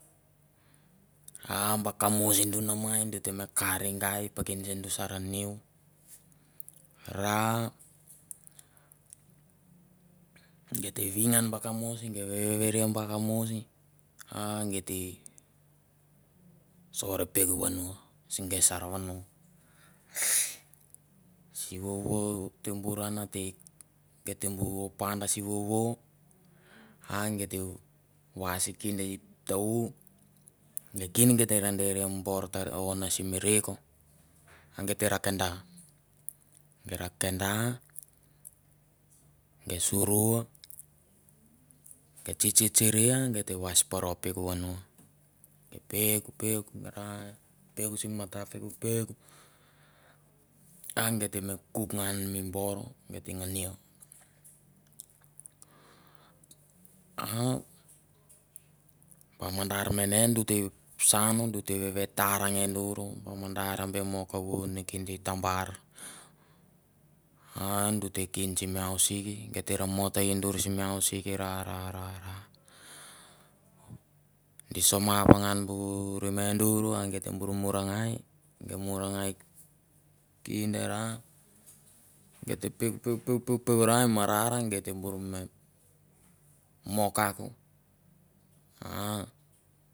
A ba kamois du namai a du te me kare gai i peken ke dur sa niu ra geit te me kare gai i peken ke dur sa niu ra gei te vi ngan ba kamois. gei veve ria ba kamois a gei te sor peuk vano si ke gei sa vano si vovo ot te bon ana te panda sivovo a git ta vais kinda i ta- u. nikin git te deri mi bor ta ona simi reko a gai te ra kenda. gei ra kenda. gei suru. gei tsitsiria gei te vais paro peuk i vano. gei peuk peuk peuk ra peuk simi mate viru peuk a gei te me kuk ngan mi bor gei te ngania a ba mandar mene du te saun. do te ve tar ne dur. ba mandar be mo kavu neken i tambar. A du te kin sim ausik gei ter mo te gor simi ausik raa ra ra di somap ngan bu rima dur a gei te bor munangai gei murangai kinde ra et ta peuk peuk ra i marar a gei te bor me mo kakauk a.